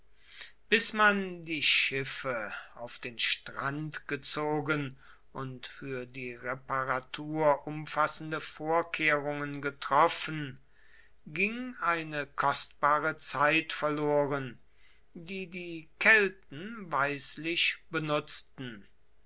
bis man die schiffe auf den strand gezogen und für die reparatur umfassende vorkehrungen getroffen ging eine kostbare zeit verloren die die kelten weislich benutzten